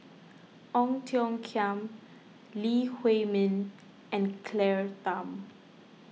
Ong Tiong Khiam Lee Huei Min and Claire Tham